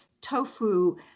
tofu